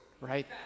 right